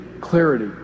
clarity